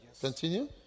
Continue